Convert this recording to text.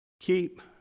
keep